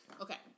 okay